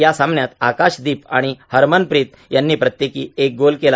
या सामन्यात आकाशदीप आणि हरमनप्रीत यांनी प्रत्येकी एक गोल केला